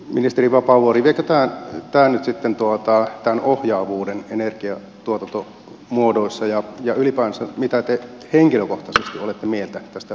ministeri vapaavuori viekö tämä nyt sitten tämän ohjaavuuden energiantuotantomuodoissa ja ylipäänsä mitä te henkilökohtaisesti olette mieltä tästä voimalaitosverosta